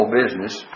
business